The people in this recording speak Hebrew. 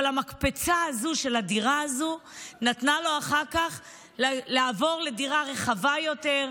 אבל המקפצה הזאת של הדירה הזאת נתנה לו אחר כך לעבור לדירה רחבה יותר,